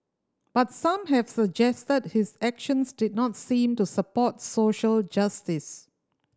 but some have suggested his actions did not seem to support social justice